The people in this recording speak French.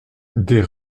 des